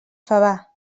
favar